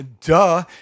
duh